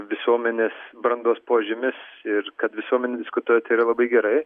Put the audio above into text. visuomenės brandos požymis ir kad visuomenė diskutuoja tai yra labai gerai